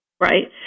right